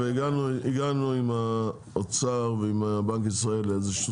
הגענו עם האוצר ועם בנק ישראל לאיזשהו